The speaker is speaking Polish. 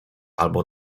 albo